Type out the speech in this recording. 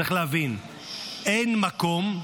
צריך להבין, אין מקום,